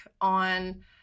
on